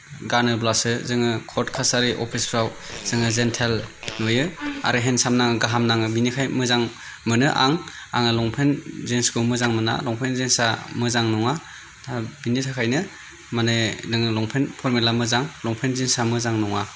गानोब्लासो जोङो कर्ट कासारि अफिसफ्राव जोङो जेन्टेल नुयो आरो हेन्डसाम नाङो गाहाम नाङो बिनिखाय मोजां मोनो आं आङो लंपेन्ट जिन्सखौ मोजां मोना लंपेन्ट जिन्सा मोजां नङा बिनि थाखायनो माने नोङो लंपेन्ट फर्मेला मोजां लंपेन्ट जिन्सा मोजां नङा